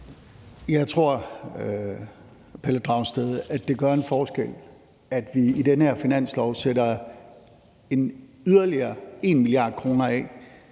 Jeg tror, Pelle Dragsted, at det gør en forskel, at vi i den her finanslov sætter yderligere 1 mia. kr. af